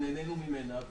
שנהננו ממנה,